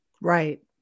Right